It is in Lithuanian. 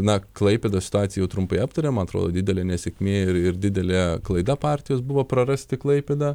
na klaipėdos situaciją jau trumpai aptarėm man atrodo didelė nesėkmė ir ir didelė klaida partijos buvo prarasti klaipėdą